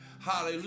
Hallelujah